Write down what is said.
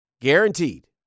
guaranteed